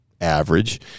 Average